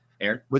Aaron